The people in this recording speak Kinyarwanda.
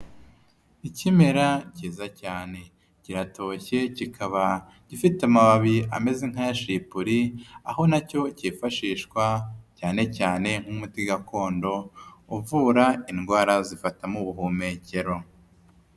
Ikimera cyiza cyane, kiratoshye kikaba gifite amababi ameze nk'ayashipuri. Aho nacyo cyifashishwa cyane cyane nk'umuti gakondo, uvura indwara zifata mu buhumekero.